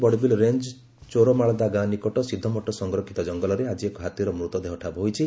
Barbil range Choramalda ଗାଁ ନିକଟ ସିଦ୍ଧମଠ ସଂରକ୍ଷିତ ଜଙ୍ଙଲରେ ଆଜି ଏକ ହାତୀର ମୃତଦେହ ଠାବ ହୋଇଛି